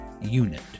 unit